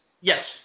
Yes